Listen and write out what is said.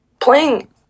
playing